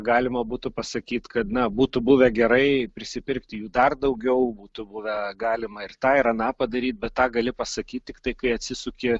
galima būtų pasakyt kad na būtų buvę gerai prisipirkt jų dar daugiau būtų buvę galima ir tą ir aną padaryt bet tą gali pasakyt tiktai kai atsisuki